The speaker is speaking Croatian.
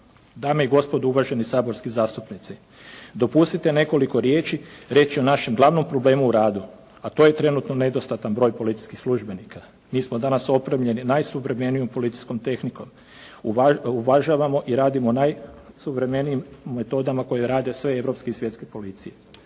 Dame i gospodo, uvaženi saborski zastupnici. Dopustite nekoliko riječi reći o našem glavnom problemu u radu, a to je trenutno nedostatan broj policijskih službenika. Mi smo danas opremljeni najsuvremenijom policijskom tehnikom. Uvažavamo i radimo najsuvremenijim metodama kojim rade sve europske i svjetske policije.